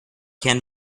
can